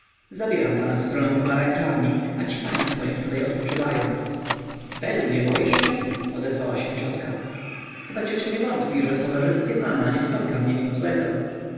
zabieram pana w stronę pomarańczarni a ci państwo niech tu odpoczywają belu nie boisz się odezwała się ciotka chyba ciocia nie wątpi że w towarzystwie pana nie spotka mnie nic złego